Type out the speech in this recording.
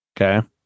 Okay